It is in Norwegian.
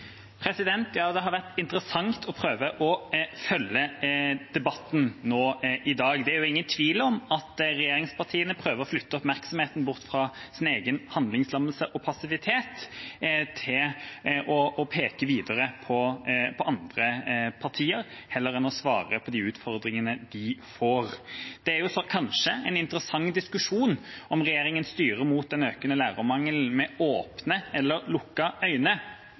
Det har vært interessant å prøve å følge debatten nå i dag. Det er ingen tvil om at regjeringspartiene prøver å flytte oppmerksomheten bort fra sin egen handlingslammelse og passivitet til å peke videre på andre partier heller enn å svare på de utfordringene de får. Det er kanskje en interessant diskusjon om regjeringa styrer mot den økende lærermangelen med åpne eller lukkede øyne.